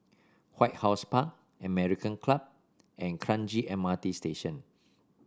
White House Park American Club and Kranji M R T Station